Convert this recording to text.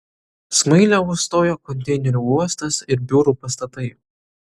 smailę užstojo konteinerių uostas ir biurų pastatai